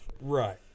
right